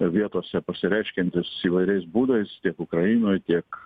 vietose pasireiškiantis įvairiais būdais tiek ukrainoj tiek